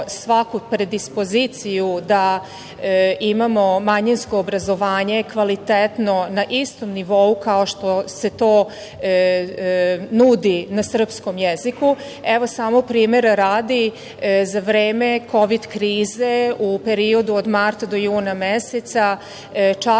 svaku predispoziciju da imamo manjinsko obrazovanje, kvalitetno na istom nivou kao što se to nudi na srpskom jeziku. Evo, samo primera radi, za vreme Kovid krize u periodu od marta do juna meseca, časovi